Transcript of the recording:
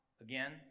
again